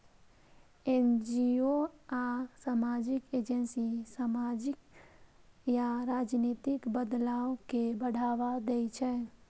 NGO आ सामाजिक agency सामाजिक या राजनीतिक बदलाव कें बढ़ावा दै छै